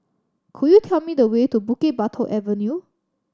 could you tell me the way to Bukit Batok Avenue